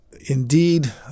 Indeed